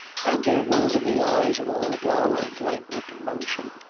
and there was in the eyes of all a dull and languid motion,